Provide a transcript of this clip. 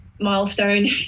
milestone